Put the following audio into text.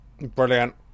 Brilliant